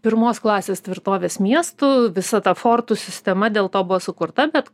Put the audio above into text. pirmos klasės tvirtovės miestu visa ta fortų sistema dėl to buvo sukurta bet